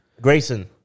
Grayson